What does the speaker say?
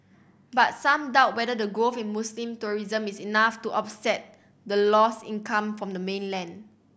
but some doubt whether the growth in Muslim tourism is enough to offset the lost income from the mainland